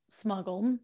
smuggled